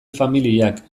familiak